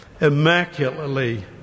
immaculately